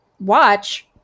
watch